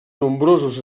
nombrosos